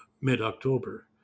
mid-October